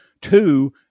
two